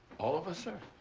all of us, sir?